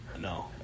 No